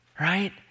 right